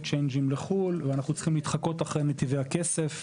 צ'יינג'ים לחו"ל ואנחנו צריכים להתחקות אחרי נתיבי הכסף.